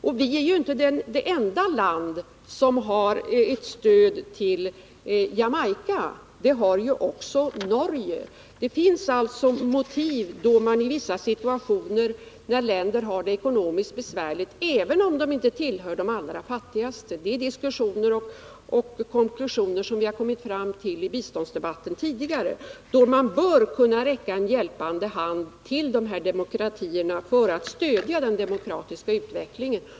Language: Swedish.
Och Sverige är inte det enda land som ger stöd i det fallet, utan det gör också Norge. Det finns situationer, när länder har det ekonomiskt besvärligt, även om de inte tillhör de allra fattigaste, och vi har kommit fram till i tidigare biståndsdebatter att då bör man kunna räcka en hjälpande hand åt demokratier för att stödja den demokratiska utvecklingen.